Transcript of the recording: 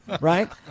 right